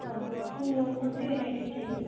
हाँ आपको कौन सी वेराइटी की चाहिए